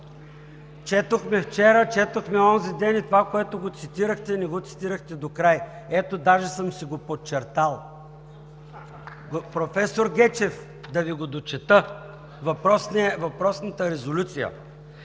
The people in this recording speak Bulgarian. Четохме вчера, четохме онзи ден и това, което го цитирахте, не го цитирахте докрай. Ето, даже съм си го подчертал. Професор Гечев, да Ви дочета въпросната резолюция,